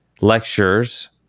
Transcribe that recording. lectures